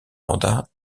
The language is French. mandats